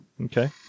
Okay